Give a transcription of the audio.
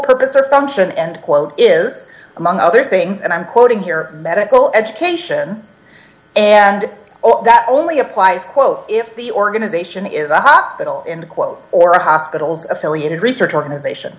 purpose or function and quote is among other things and i'm quoting here medical education and that only applies quote if the organization is a hospital in the quote or a hospital's affiliated research organization